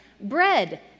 bread